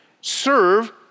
Serve